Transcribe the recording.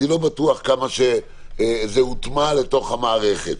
אני לא בטוח כמה זה הוטמע לתוך המערכת.